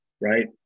right